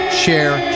share